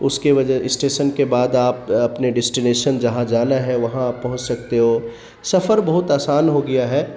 اس کے وجہ اسٹیسن کے بعد آپ اپنے ڈیسٹینیشن جہاں جانا ہے وہاں آپ پہنچ سکتے ہو سفر بہت آسان ہو گیا ہے